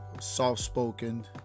soft-spoken